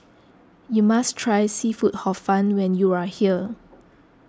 you must try Seafood Hor Fun when you are here